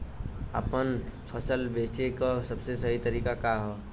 आपन फसल बेचे क सबसे सही तरीका का ह?